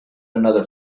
another